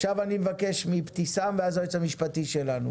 עכשיו אני מבקש מאבתיסאם ואז היועץ המשפטי שלנו.